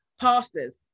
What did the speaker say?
pastors